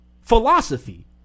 philosophy